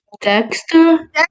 Dexter